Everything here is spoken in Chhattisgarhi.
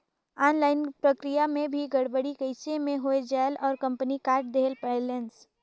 ऑनलाइन प्रक्रिया मे भी गड़बड़ी कइसे मे हो जायेल और कंपनी काट देहेल बैलेंस?